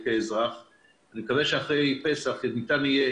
אני מקווה שאחרי פסח ניתן יהיה